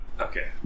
Okay